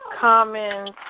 comments